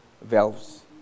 valves